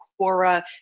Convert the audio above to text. Quora